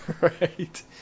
Right